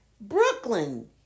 Brooklyn